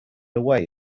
away